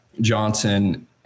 Johnson